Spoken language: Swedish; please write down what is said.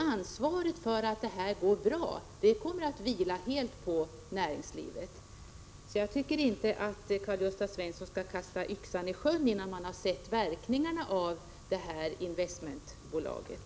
Ansvaret för att detta går bra kommer att vila helt på näringslivet. Jag tycker alltså inte att Karl-Gösta Svenson skall kasta yxan i sjön innan vi har sett verkningarna av investmentbolaget.